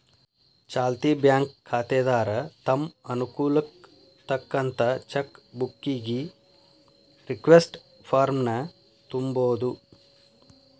ಚಾಲ್ತಿ ಬ್ಯಾಂಕ್ ಖಾತೆದಾರ ತಮ್ ಅನುಕೂಲಕ್ಕ್ ತಕ್ಕಂತ ಚೆಕ್ ಬುಕ್ಕಿಗಿ ರಿಕ್ವೆಸ್ಟ್ ಫಾರ್ಮ್ನ ತುಂಬೋದು